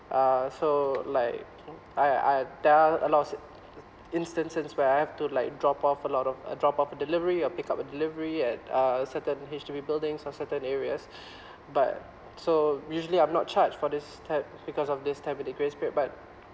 uh so like I I dealt a lot of se~ instances where I have to like drop off a lot of uh drop off delivery or pick up a delivery at uh a certain H_D_B buildings or certain areas but so usually I'm not charged for this type because of this ten minute grace period but